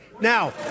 Now